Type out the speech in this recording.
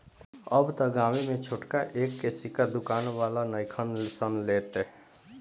अब त गांवे में छोटका एक के सिक्का दुकान वाला नइखन सन लेत